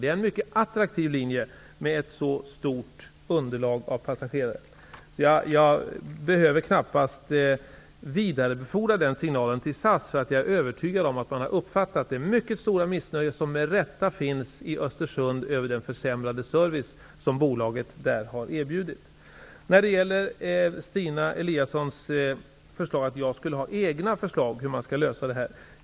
Med så stort passagerarunderlag är det en mycket attraktiv linje. Jag behöver knappast vidarebefordra den signalen till SAS. Jag är övertygad om att man har uppfattat det mycket stora missnöje som med rätta finns i Östersund över den försämrade service som bolaget har erbjudit där. Stina Eliasson hade idéer om att jag skulle ha egna förslag till lösningar.